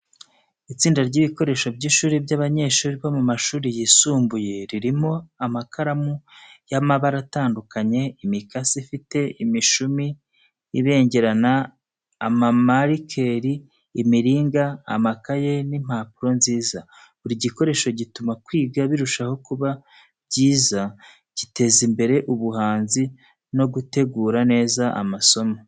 Itsinda ry’ibikoresho by’ishuri by’abanyeshuri bo mu mashuri yisumbuye ririmo amakaramu y’amabara atandukanye, imikasi ifite imishumi ibengerana, amamarikeri, imiringa, amakaye, n’impapuro nziza. Buri gikoresho gituma kwiga birushaho kuba byiza, giteza imbere ubuhanzi no gutegura neza amasomo.